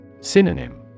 Synonym